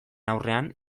aurrean